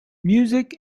music